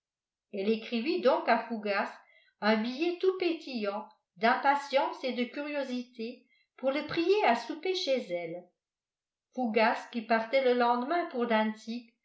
elle écrivit donc à fougas un billet tout pétillant d'impatience et de curiosité pour le prier à souper chez elle fougas qui partait le lendemain pour